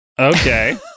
Okay